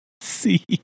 see